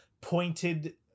pointed